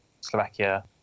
Slovakia